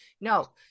no